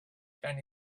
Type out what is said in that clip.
ten